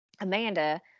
Amanda